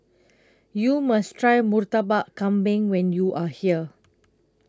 YOU must Try Murtabak Kambing when YOU Are here